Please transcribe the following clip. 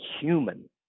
human